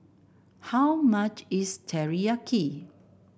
how much is Teriyaki